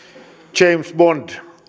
james bond